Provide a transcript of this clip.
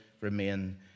remain